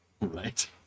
Right